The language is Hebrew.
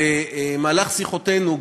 במהלך שיחותינו,